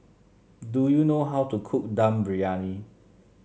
do you know how to cook Dum Briyani